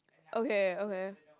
okay okay